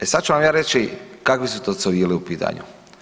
E sad ću vam ja reći kakvi su to civili u pitanju.